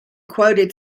quoted